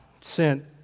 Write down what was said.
sent